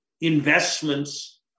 investments